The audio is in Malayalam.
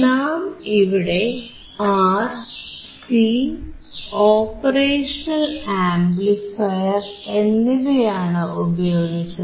നാം ഇവിടെ ആർ സി ഓപ്പറേഷണൽ ആംപ്ലിഫയർ എന്നിവയാണ് ഉപയോഗിച്ചത്